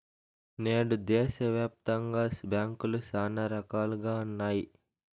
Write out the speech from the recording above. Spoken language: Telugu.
నేడు దేశాయాప్తంగా బ్యాంకులు శానా రకాలుగా ఉన్నాయి